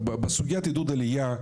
בסוגיית עידוד עלייה,